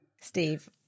Steve